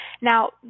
Now